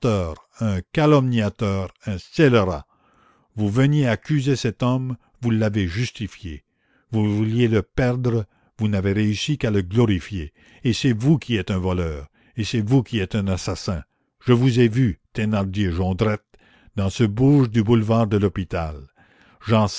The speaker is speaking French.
un calomniateur un scélérat vous veniez accuser cet homme vous l'avez justifié vous vouliez le perdre vous n'avez réussi qu'à le glorifier et c'est vous qui êtes un voleur et c'est vous qui êtes un assassin je vous ai vu thénardier jondrette dans ce bouge du boulevard de l'hôpital j'en